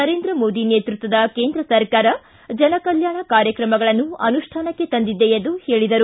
ನರೇಂದ್ರ ಮೋದಿ ನೇತೃತ್ವದ ಕೇಂದ್ರ ಸರ್ಕಾರ ಜನಕಲ್ಕಾಣ ಕಾರ್ಯಕ್ರಮಗಳನ್ನು ಅನುಷ್ಠಾನಕ್ಕೆ ತಂದಿದೆ ಎಂದರು